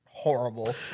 horrible